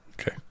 Okay